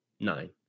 nine